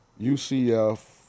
UCF